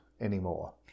anymore